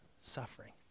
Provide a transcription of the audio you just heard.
suffering